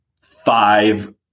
five